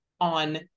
on